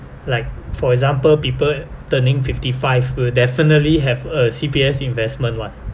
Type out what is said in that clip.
like for example people turning fifty five will definitely have a C_P_F investment what